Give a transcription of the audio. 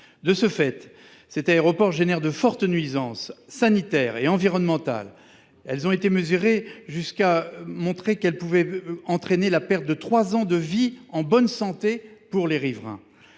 De ce fait, il génère de fortes nuisances sanitaires et environnementales, dont il a été montré qu’elles pouvaient entraîner la perte de trois ans de vie en bonne santé pour les riverains.